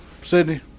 Sydney